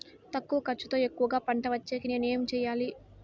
తక్కువ ఖర్చుతో ఎక్కువగా పంట వచ్చేకి నేను ఏమి చేయాలి?